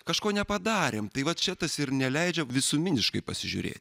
kažko nepadarėm tai va čia tas ir neleidžia visuminiškai pasižiūrėti